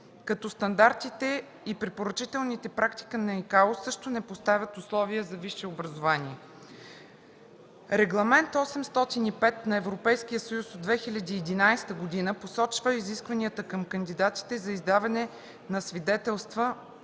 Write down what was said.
като стандартите и препоръчителните практики на ИКАО също не поставят условия за висше образование. Регламент № 805/ЕС/2011 г. посочва изискванията към кандидатите за издаване на свидетелство